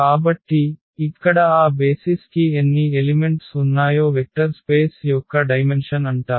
కాబట్టి ఇక్కడ ఆ బేసిస్ కి ఎన్ని ఎలిమెంట్స్ ఉన్నాయో వెక్టర్ స్పేస్ యొక్క డైమెన్షన్ అంటారు